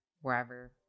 wherever